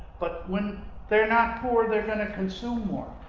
but when they're not poor, they're going to consume more.